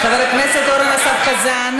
חבר הכנסת אורן אסף חזן.